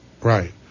Right